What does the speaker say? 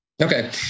okay